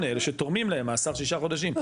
על 148 אלה שתורמים להם מאסר שישה חודשים,